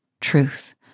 truth